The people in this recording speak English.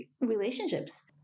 relationships